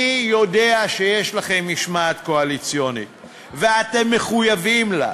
אני יודע שיש לכם משמעת קואליציונית ואתם מחויבים לה,